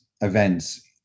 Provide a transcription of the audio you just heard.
events